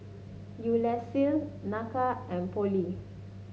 Ulysses Nakia and Pollie